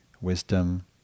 wisdom